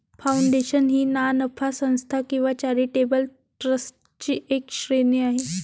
foundation ही ना नफा संस्था किंवा चॅरिटेबल ट्रस्टची एक श्रेणी आहे